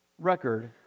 record